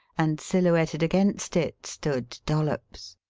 and silhouetted against it stood dollops.